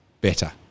better